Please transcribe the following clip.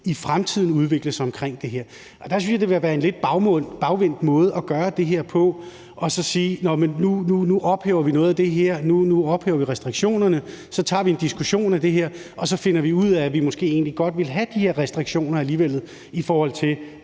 i fremtiden skal udvikle sig omkring det her. Der synes jeg, at det vil være en lidt bagvendt måde at gøre det her på, at sige, at nu ophæver vi noget af det her, nu ophæver vi restriktionerne, og at så tager vi en diskussion af det her og finder ud af, at vi måske egentlig godt ville have de her restriktioner alligevel, i forhold til